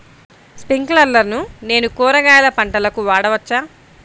స్ప్రింక్లర్లను నేను కూరగాయల పంటలకు వాడవచ్చా?